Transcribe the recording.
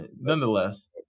Nonetheless